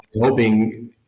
hoping